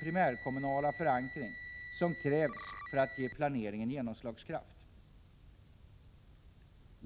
primärkommunala förankring som krävs för att ge planeringen genomslagskraft.